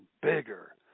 bigger